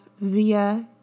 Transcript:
via